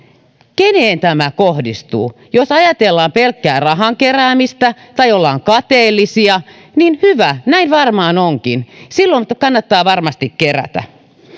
keneen tämä kohdistuu jos ajatellaan pelkkää rahan keräämistä tai ollaan kateellisia niin hyvä näin varmaan onkin silloin sitä kannattaa varmasti kerätä